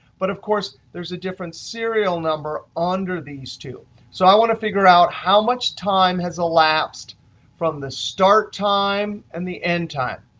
but of course, there a different serial number under these two. so i want to figure out how much time has elapsed from the start time and the end time.